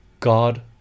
God